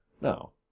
No